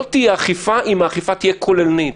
לא תהיה אכיפה, אם האכיפה תהיה כוללנית.